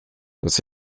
dass